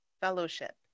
fellowship